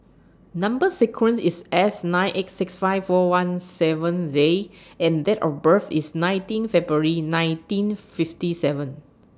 Number sequence IS S nine eight six five four one seven Z and Date of birth IS nineteen February nineteen fifty seven